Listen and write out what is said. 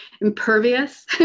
impervious